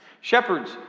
Shepherds